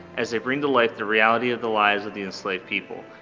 as they bring to life the reality of the lives of the enslaved people.